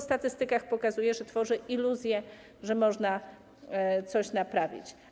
Statystyki pokazują, że tworzy ono iluzję, że można coś naprawić.